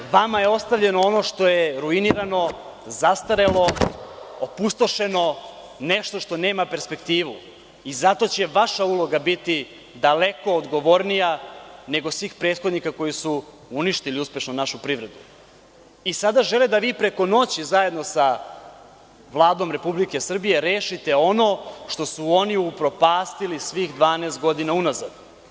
Vama je ostavljeno ono što je ruinirano, zastarelo, opustošeno, nešto što nema perspektivu i zato će vaša uloga biti daleko odgovornija, nego svih prethodnika koji su uništili uspešno našu privredu i sada žele da vi preko noći zajedno sa Vladom Republike Srbije rešite ono što su oni upropastili svih 12 godina unazad.